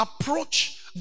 approach